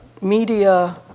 media